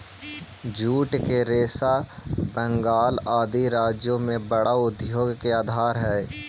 jute के रेशा बंगाल आदि राज्य में बड़ा उद्योग के आधार हई